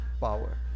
power